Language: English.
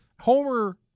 homer